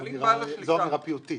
זו אמירה פיוטית.